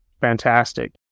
fantastic